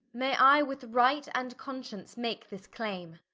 may i with right and conscience make this claim?